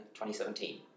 2017